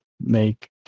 make